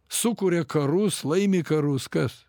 sukuria karus laimi karus kas